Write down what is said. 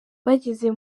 bageze